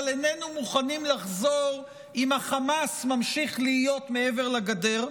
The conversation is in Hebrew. אבל איננו מוכנים לחזור אם החמאס ממשיך להיות מעבר לגדר,